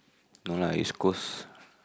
no lah East-Coast